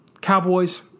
Cowboys